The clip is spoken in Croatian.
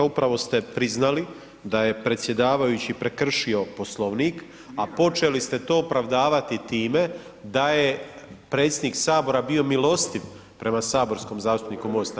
Upravo ste priznali da je predsjedavajući prekršio Poslovnik a počeli ste to opravdavati time da je predsjednik Sabora bio milostiv prema saborskom zastupniku MOST-a.